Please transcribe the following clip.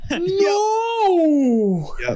No